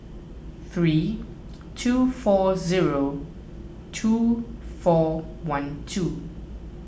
three two four zero two four one two